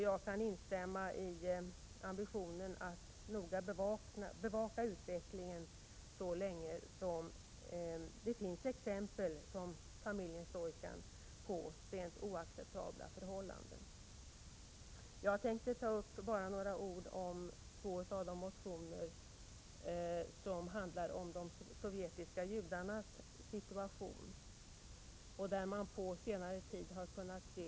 Jag kan instämma i att vi skall ha ambitionen att noga bevaka utvecklingen så länge det finns sådana exempel på de oacceptabla förhållandena som familjen Stoican. Jag skall säga några ord om två av de motioner som handlar om de sovjetiska judarnas situation. Man har där på senare tid kunnat se nya tendenser.